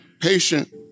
patient